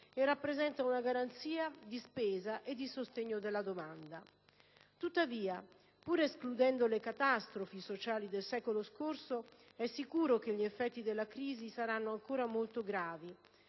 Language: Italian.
e rappresenta una garanzia di spesa e di sostegno della domanda. Tuttavia, pur escludendo le catastrofi sociali del secolo scorso, è sicuro che gli effetti della crisi saranno ancora molto gravi